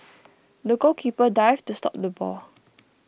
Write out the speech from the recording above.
the goalkeeper dived to stop the ball